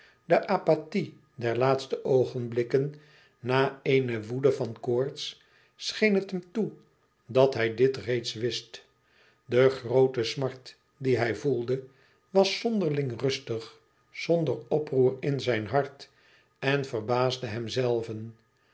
de apathie der laatste oogenblikken na eene woede van koorts scheen het hem toe dat hij dit reeds wist de groote smart die hij voelde was zonderling rustig zonder oproer in zijn hart en verbaasde hemzelven